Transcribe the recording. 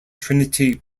trinity